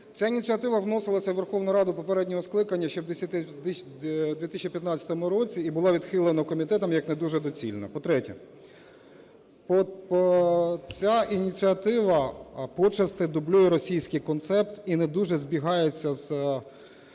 ця ініціатива вносилася Верховною Радою попереднього скликання, ще в 2015 році і була відхилена комітетом, як не дуже доцільна. По-третє, ця ініціатива почасти дублює російський концепт і не дуже збігається з